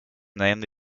named